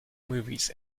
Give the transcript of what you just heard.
movies